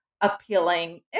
appealing